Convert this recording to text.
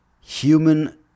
human